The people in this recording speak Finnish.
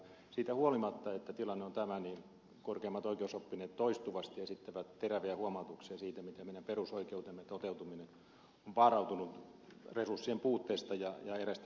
siitä huolimatta että tilanne on tämä korkeimmat oikeusoppineet toistuvasti esittävät teräviä huomautuksia siitä miten meidän perusoikeutemme toteutuminen on vaarantunut resurssien puutteesta ja eräistä muista syistä